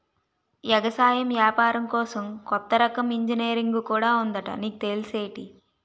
ఎగసాయం ఏపారం కోసం కొత్త రకం ఇంజనీరుంగు కూడా ఉందట నీకు తెల్సేటి?